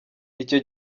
icyo